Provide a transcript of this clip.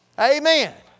Amen